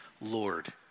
Lord